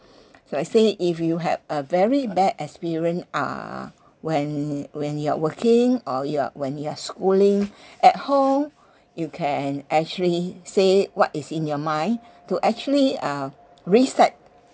so let's say if you have a very bad experience uh when when you are working or you are when you are schooling at home you can actually say what is in your mind to actually uh reset